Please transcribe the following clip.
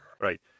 Right